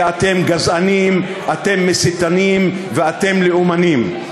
כי אתם גזענים, אתם מסיתנים ואתם לאומנים.